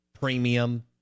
premium